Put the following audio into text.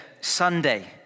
Sunday